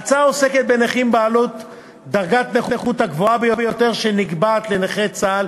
ההצעה עוסקת בנכים בעלי דרגת הנכות הגבוהה ביותר שנקבעת לנכי צה"ל.